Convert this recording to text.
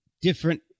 different